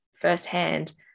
firsthand